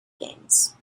games